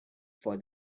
for